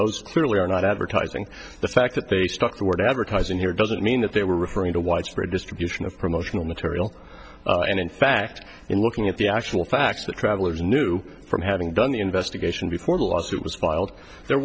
those truly are not advertising the fact that they struck the word advertising here doesn't mean that they were referring to widespread distribution of promotional material and in fact in looking at the actual facts that travelers knew from having done the investigation before the lawsuit was filed there